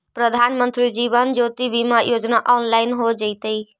प्रधानमंत्री जीवन ज्योति बीमा योजना ऑनलाइन हो जइतइ